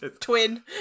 Twin